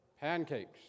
Pancakes